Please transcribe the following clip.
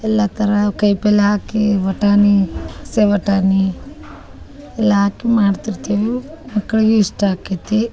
ಎಲ್ಲ ಥರ ಕಾಯ್ ಪಲ್ಲೆ ಆಕಿ ಬಟಾನಿ ಹಸೆ ಬಟಾನಿ ಎಲ್ಲಾ ಹಾಕಿ ಮಾಡ್ತಿರ್ತೀವಿ ಮಕ್ಳಿಗ ಇಷ್ಟ ಆಕೈತಿ